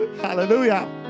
hallelujah